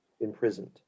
Imprisoned